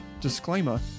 disclaimer